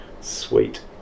sweet